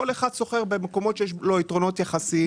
כל אחד סוחר במקומות שיש בהם יתרונות יחסיים.